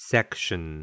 Section